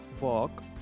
walk